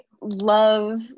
love